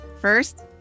First